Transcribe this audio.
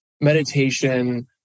meditation